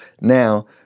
Now